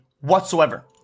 whatsoever